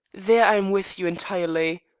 there i am with you entirely.